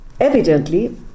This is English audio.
Evidently